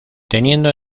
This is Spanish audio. teniendo